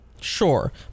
Sure